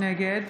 נגד